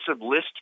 list